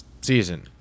season